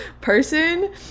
person